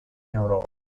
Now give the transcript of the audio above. europa